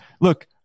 look